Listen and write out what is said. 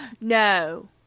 No